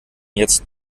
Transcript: jetzt